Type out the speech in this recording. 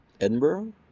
Edinburgh